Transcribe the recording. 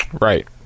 Right